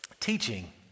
teaching